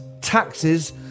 taxes